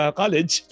college